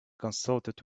consulted